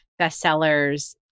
bestsellers